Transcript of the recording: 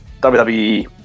WWE